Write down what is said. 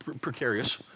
precarious